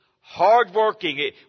hardworking